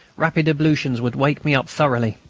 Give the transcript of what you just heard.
rapid ablutions would wake me up thoroughly.